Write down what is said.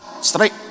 Straight